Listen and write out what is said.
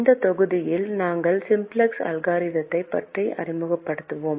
இந்த தொகுதியில் நாங்கள் சிம்ப்ளக்ஸ் அல்காரிதத்தை அறிமுகப்படுத்துவோம்